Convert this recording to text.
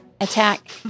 attack